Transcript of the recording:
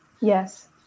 Yes